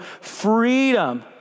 freedom